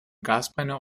gasbrenner